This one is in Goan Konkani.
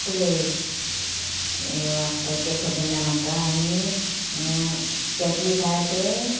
आपले हे वाचता ते खबर ना म्हाका आनी कॅथलिक आसात ते